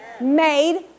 made